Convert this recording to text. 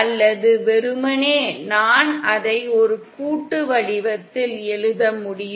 அல்லது வெறுமனே நான் அதை ஒரு கூட்டு வடிவத்தில் எழுத முடியும்